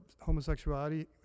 homosexuality